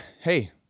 hey